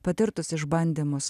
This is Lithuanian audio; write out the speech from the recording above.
patirtus išbandymus